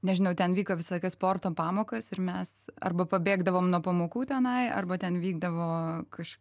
nežinau ten vyko visą laiką sporto pamokos ir mes arba pabėgdavom nuo pamokų tenai arba ten vykdavo aš